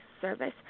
service